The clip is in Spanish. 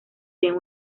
bien